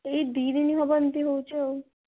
ଏଇ ଦୁଇ ଦିନ ହେବ ଏମିତି ହେଉଛି ଆଉ